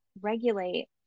regulate